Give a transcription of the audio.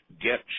get